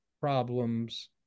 problems